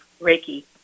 Reiki